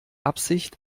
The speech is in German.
absicht